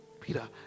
Peter